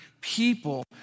people